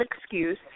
excuse